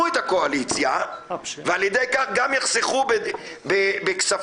את הקואליציה ועל ידי כך גם יחסכו בכספים